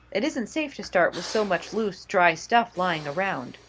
it isn't safe to start with so much loose, dry stuff lying around.